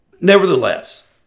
nevertheless